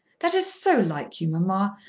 that is so like you, mamma.